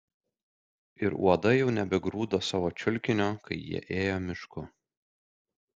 ir uodai jau nebegrūdo savo čiulkinio kai jie ėjo mišku